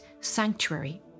sanctuary